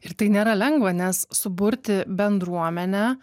ir tai nėra lengva nes suburti bendruomenę